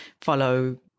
follow